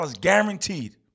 guaranteed